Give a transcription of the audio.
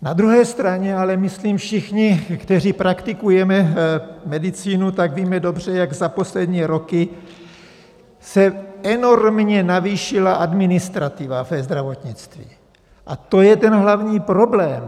Na druhé straně ale myslím všichni, kteří praktikujeme medicínu, víme dobře, jak za poslední roky se enormně navýšila administrativa ve zdravotnictví, a to je ten hlavní problém.